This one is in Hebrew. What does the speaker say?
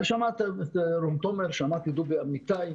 שמעתי את רון תומר ואת דובי אמיתי,